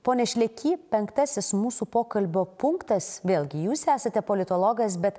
pone šleky penktasis mūsų pokalbio punktas vėlgi jūs esate politologas bet